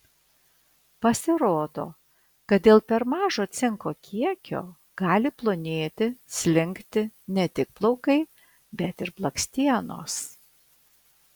pasirodo kad dėl per mažo cinko kiekio gali plonėti slinkti ne tik plaukai bet ir blakstienos